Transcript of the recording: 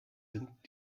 sind